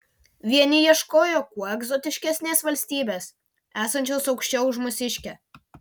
vieni ieškojo kuo egzotiškesnės valstybės esančios aukščiau už mūsiškę